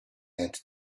and